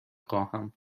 خواهم